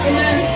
Amen